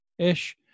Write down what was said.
ish